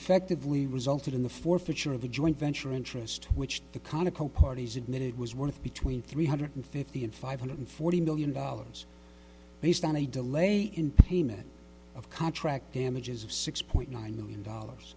effectively resulted in the forfeiture of the joint venture interest which the conoco parties admitted was worth between three hundred fifty and five hundred forty million dollars based on a delay in payment of contract damages of six point nine million dollars